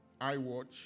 iWatch